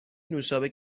نوشابه